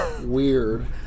Weird